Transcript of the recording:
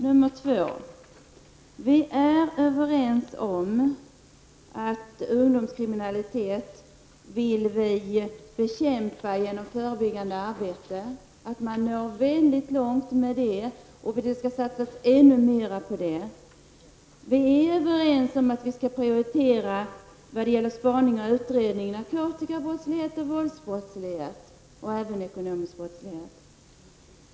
Vi är också överens om att ungdomskriminalitet skall bekämpas genom förebyggande arbete. Enligt vår åsikt når man mycket långt på den vägen och därför vill vi satsa mera på detta område. Vidare är vi överens om att prioritera spaning och utredning när det gäller narkotikabrottslighet och våldsbrottslighet, liksom också beträffande ekonomisk brottslighet.